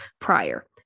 prior